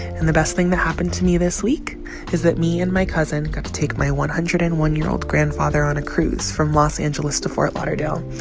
and the best thing that happened to me this week is that me and my cousin got to take my one hundred and one year old grandfather on a cruise from los angeles to fort lauderdale.